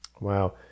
Wow